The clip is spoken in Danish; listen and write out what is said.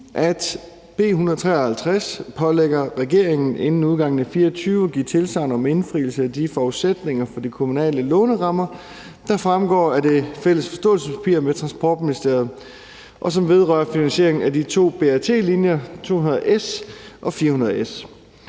at B 153 pålægger regeringen inden udgangen af 2024 at give tilsagn om indfrielse af de forudsætninger for de kommunale lånerammer, der fremgår af det fælles forståelsespapir med Transportministeriet, og som vedrører finansieringen af de to BRT-linjer 200 S og 400 S.